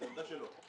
זאת עמדה שלו,